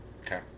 Okay